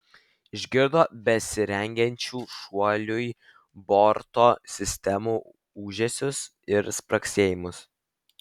išgirdo besirengiančių šuoliui borto sistemų ūžesius ir spragsėjimus